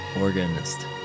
organist